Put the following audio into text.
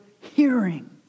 hearing